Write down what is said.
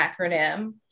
acronym